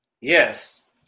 Yes